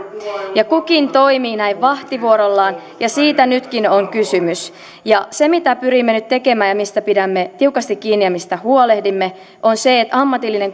kukin toimii näin vahtivuorollaan ja siitä nytkin on kysymys se mitä pyrimme nyt tekemään ja mistä pidämme tiukasti kiinni ja mistä huolehdimme on se että ammatillinen